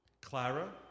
Clara